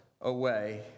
away